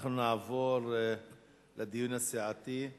אנחנו נעבור לדיון הסיעתי.